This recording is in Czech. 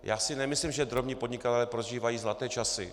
Já si nemyslím, že drobní podnikatelé prožívají zlaté časy.